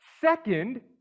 Second